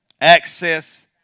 Access